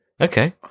okay